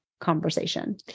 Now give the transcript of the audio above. conversation